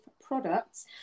products